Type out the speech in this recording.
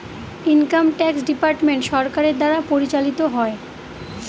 income tax department সরকারের দ্বারা পরিচালিত হয়